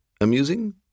amusing